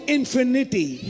infinity